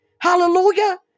hallelujah